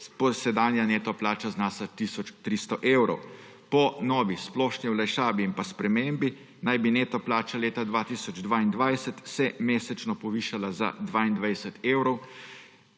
sedanja neto plača znaša tisoč 300 evrov. Po novi splošni olajšavi in pa spremembi naj bi neto plača leta 2022 se mesečno povišala za 22 evrov,